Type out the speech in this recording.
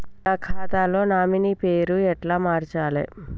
నా ఖాతా లో నామినీ పేరు ఎట్ల మార్చాలే?